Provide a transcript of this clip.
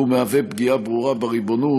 והוא מהווה פגיעה ברורה בריבונות.